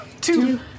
Two